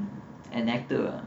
an actor uh